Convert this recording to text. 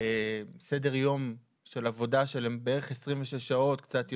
סדר יום של עבודה של בערך 26 שעות, קצת יותר,